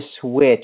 switch